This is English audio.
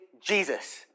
Jesus